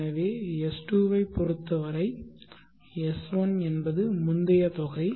எனவே S2 ஐப் பொறுத்தவரை S1 என்பது முந்தைய தொகை